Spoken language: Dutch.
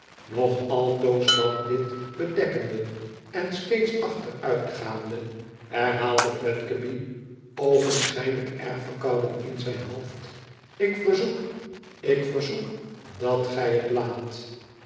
nog altoos dat lid bedekkende en steeds achteruitgaande herhaalde fledgeby oogenschijnliik erg verkouden in zijn hoofd ik verzoek tik verzoek dat gij het laatl